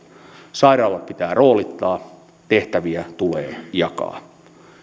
sairaalat pitää roolittaa tehtäviä tulee jakaa